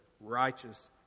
righteous